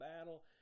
battle